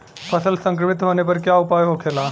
फसल संक्रमित होने पर क्या उपाय होखेला?